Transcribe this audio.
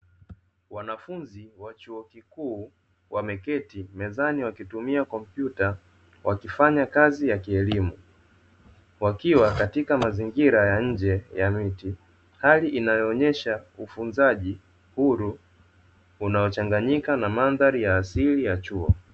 Wanafunzi wa chuo kikuu wameketi mezani wakitumia kompyuta, wakifanya kazi ya kielimu wakiwa katika mazingira ya nje ya miti, hali inayoonyesha ufunzaji huru unaochanganyika na mandhari ya asili ya chuo.